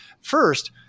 First